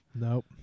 Nope